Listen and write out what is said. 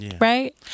Right